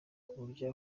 kuburyo